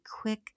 quick